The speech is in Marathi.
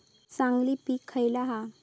चांगली पीक खयला हा?